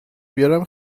بیارم